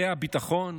זה הביטחון?